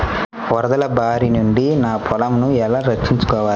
వరదల భారి నుండి నా పొలంను ఎలా రక్షించుకోవాలి?